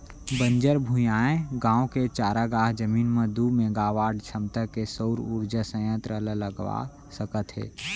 बंजर भुइंयाय गाँव के चारागाह जमीन म दू मेगावाट छमता के सउर उरजा संयत्र ल लगवा सकत हे